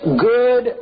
good